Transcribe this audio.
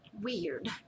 weird